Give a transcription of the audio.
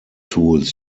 tools